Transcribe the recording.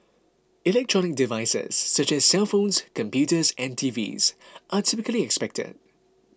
electronic devices such as cellphones computers and TVs are typically expected